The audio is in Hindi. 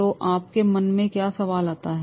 तो आपके मन में क्या सवाल आता है